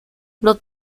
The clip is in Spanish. los